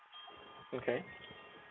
okay